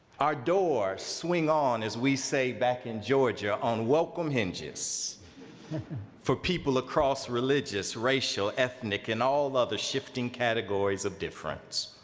our doors swing on, as we say back in georgia, on welcome hinges for people across religious, racial, ethnic, and all other shifting categories of difference.